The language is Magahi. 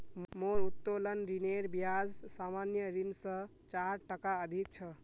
मोर उत्तोलन ऋनेर ब्याज सामान्य ऋण स चार टका अधिक छ